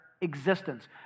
existence